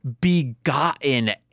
begotten